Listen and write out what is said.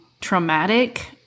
traumatic